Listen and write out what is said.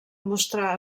mostrar